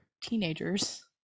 teenagers